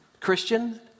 Christian